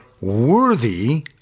worthy